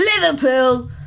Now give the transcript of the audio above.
Liverpool